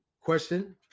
question